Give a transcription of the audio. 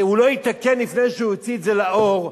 והוא לא יתקן לפני שהוא יוציא את זה לאור,